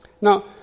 Now